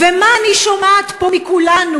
ומה אני שומעת פה מכולנו?